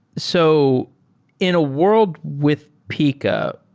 so in a world with pika,